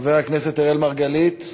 חבר הכנסת אראל מרגלית,